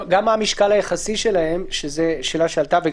גם המשקל היחסי שלהם, שאלה שעלתה.